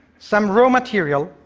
some raw material,